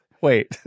Wait